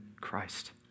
Christ